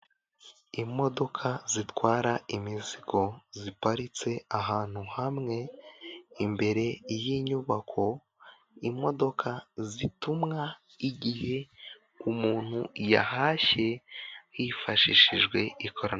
Imodoka zitwara imizigo ziparitse ahantu hamwe imbere y'inyubako imodoka zitumwa igihe umuntu yahashye hifashishijwe ikoranabuhanga.